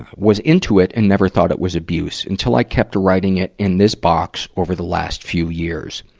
was into it and never thought it was abuse, until i kept writing it in this box over the last few years.